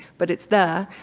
but it's there,